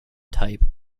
type